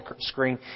screen